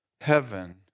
heaven